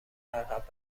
عقب